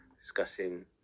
discussing